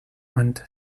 und